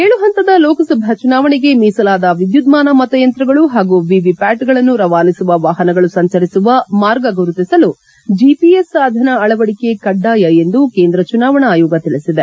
ಏಳು ಪಂತದ ಲೋಕಸಭಾ ಚುನಾವಣೆಗೆ ಮೀಸಲಾದ ವಿದ್ಯುನ್ಮಾನ ಮತಯಂತ್ರಗಳು ಹಾಗೂ ವಿವಿ ಪ್ಯಾಟ್ಗಳನ್ನು ರವಾನಿಸುವ ವಾಪನಗಳು ಸಂಚರಿಸುವ ಮಾರ್ಗ ಗುರುತಿಸಲು ಜಿಪಿಎಸ್ ಸಾಧನ ಅಳವಡಿಕೆ ಕಡ್ಡಾಯ ಎಂದು ಕೇಂದ್ರ ಚುನಾವಣಾ ಆಯೋಗ ತಿಳಿಸಿದೆ